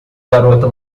garota